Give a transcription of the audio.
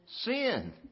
Sin